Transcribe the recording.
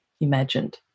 imagined